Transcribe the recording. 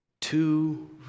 Two